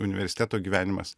universiteto gyvenimas